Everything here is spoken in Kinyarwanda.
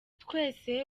twese